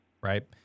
right